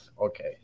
okay